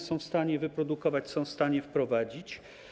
Są w stanie to wyprodukować, są w stanie to wprowadzić.